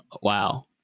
Wow